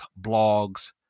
Blogs